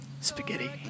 spaghetti